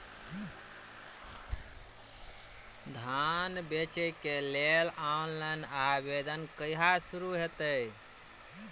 धान बेचै केँ लेल ऑनलाइन आवेदन कहिया शुरू हेतइ?